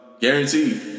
Guaranteed